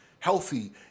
healthy